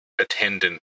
attendant